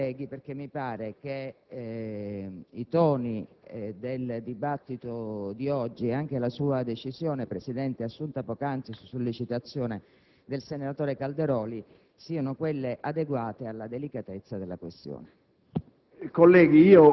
ringrazio i colleghi perché mi pare che i toni del dibattito odierno, e anche la sua decisione, Presidente, assunta poc'anzi su sollecitazione del senatore Calderoli, siano adeguati alla delicatezza della questione.